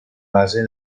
base